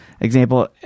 Example